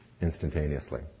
instantaneously